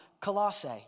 Colossae